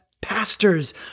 pastors